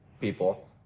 people